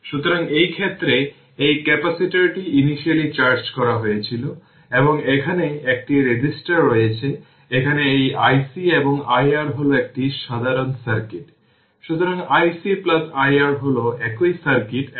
সুতরাং এই ক্ষেত্রে এই ক্যাপাসিটরটি ইনিশিয়ালী চার্জ করা হয়েছিল এবং একটি রেজিস্টর রয়েছে যদিও iC এবং iR এটি একটি সাধারণ সার্কিট কিন্তু এই মুহুর্তে KCL প্রয়োগ করলে আমি যদি এইভাবে নিই যে iC এবং iR এভাবে যাচ্ছে উভয়ই চলে যাচ্ছে